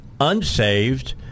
unsaved